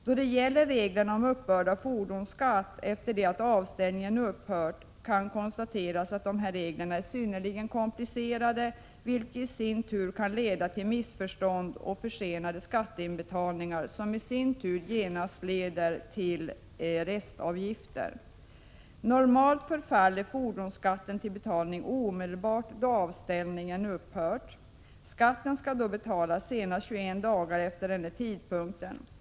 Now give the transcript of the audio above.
När det gäller reglerna om uppbörd av fordonsskatt efter det att avställningen upphört, kan konstateras att dessa regler är synnerligen komplicerade, vilket kan leda till missförstånd och försenade skatteinbetalningar, som i sin tur genast leder till restavgifter. Normalt förfaller fordonsskatten till betalning omedelbart då avställningen upphört. Skatten skall betalas senast 21 dagar efter den tidpunkten.